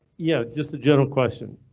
yeah, just a general question.